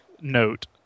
note